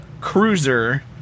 cruiser